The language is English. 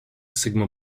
sigma